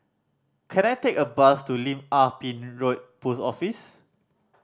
can I take a bus to Lim Ah Pin Road Post Office